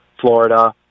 Florida